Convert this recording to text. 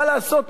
מה לעשות,